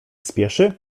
spieszy